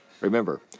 Remember